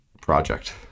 project